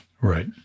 Right